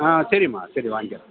ஆ சரிம்மா சரி வாங்க்கிறோம்